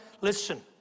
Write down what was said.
listen